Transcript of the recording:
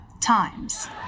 times